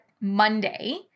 Monday